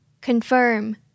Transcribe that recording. confirm